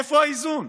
איפה האיזון?